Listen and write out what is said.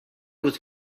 was